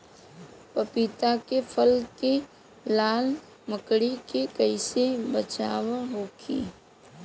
पपीता के फल के लाल मकड़ी से कइसे बचाव होखि?